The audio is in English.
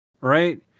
Right